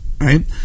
right